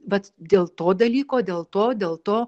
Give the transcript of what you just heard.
vat dėl to dalyko dėl to dėl to